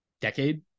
decade